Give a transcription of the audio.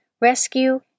rescue